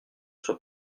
soit